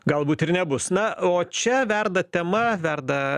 galbūt ir nebus na o čia verda tema verda